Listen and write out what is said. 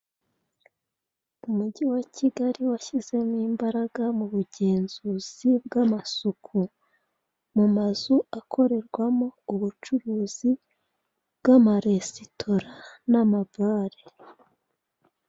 Umugi wa Kigali washyizemo imbaraga mu bugenzuzi bw'amasuku mu mazu akorerwamo ubucuruzi bw'amaresitora n'amabare.